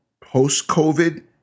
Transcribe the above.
post-COVID